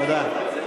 תודה.